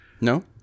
No